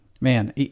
Man